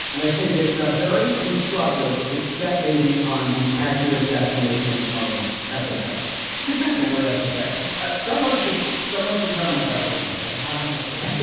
and i think it's a very instructive except maybe on the accurate definition of esoteric word, esoteric someone should someone should tell me what that word means. i haven't looked at it.